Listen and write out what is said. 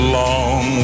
long